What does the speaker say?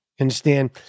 Understand